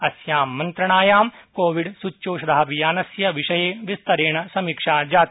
अस्यां मन्त्रणायां कोविड् सूच्यौषधाभियानस्य विषये विस्तरेण समीक्षा जाता